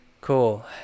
Cool